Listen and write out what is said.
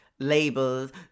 Labels